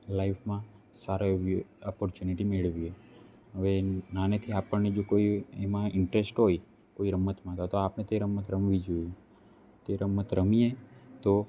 લાઇફમાં સારા એવી અપોર્ચુનીટી મેળવીએ હવે નાનેથી આપણને જો કોઈ એમાં ઇન્ટરેસ્ટ હોય કોઈ રમતમાં તો તો આપણે તે રમત રમવી જોઈએ તે રમત રમીએ તો